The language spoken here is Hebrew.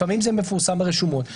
לפעמים זה מפורסם ברשומות,